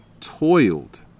toiled